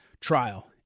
trial